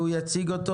והוא יציג אותו: